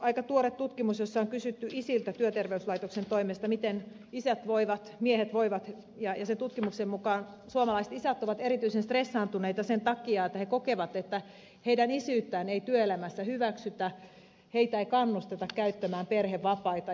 aika tuoreen tutkimuksen jossa on kysytty isiltä työterveyslaitoksen toimesta miten isät voivat miehet voivat mukaan suomalaiset isät ovat erityisen stressaantuneita sen takia että he kokevat että heidän isyyttään ei työelämässä hyväksytä heitä ei kannusteta käyttämään perhevapaita